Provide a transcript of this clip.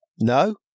No